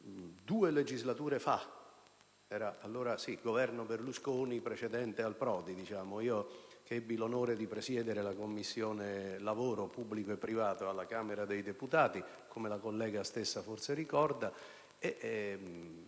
Due legislature fa (sotto il Governo Berlusconi precedente al Governo Prodi), io, che ebbi l'onore di presiedere la Commissione lavoro pubblico e privato della Camera dei deputati, come la collega stessa forse ricorda, ebbi